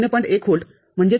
१ व्होल्टम्हणजे १